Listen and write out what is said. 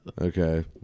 Okay